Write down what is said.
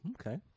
okay